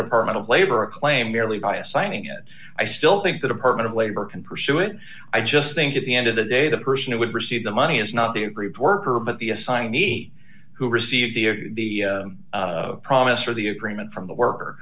department of labor a claim merely by assigning it i still think the department of labor can pursue it i just think at the end of the day the person who would receive the money is not the group worker but the assignee who received the promise or the agreement from the worker